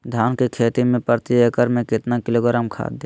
धान की खेती में प्रति एकड़ में कितना किलोग्राम खाद दे?